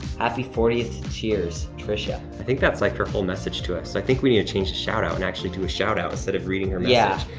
happy fortieth cheers, tricia i think that's like her whole message to us. i think we need to change the shout-out, and actually do a shout-out, instead of reading her message. yeah.